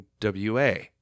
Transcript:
NWA